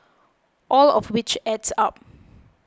all of which adds up